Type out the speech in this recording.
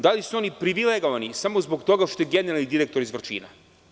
Da li su oni privilegovani samo zbog toga što je generalni direktor iz Vrčina.